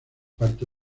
parto